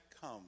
come